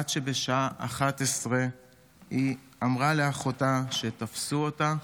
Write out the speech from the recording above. עד שבשעה 11:00 היא אמרה לאחותה שתפסו אותה